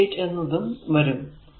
88 എന്നതും വരും